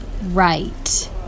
Right